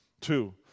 Two